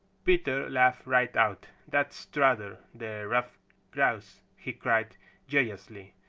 peter laughed right out. that's strutter the stuffed grouse! he cried joyously.